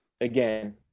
Again